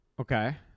Okay